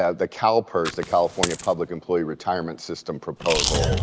the calpers, the california public employee retirement system proposal,